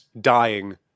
dying